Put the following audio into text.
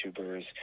YouTubers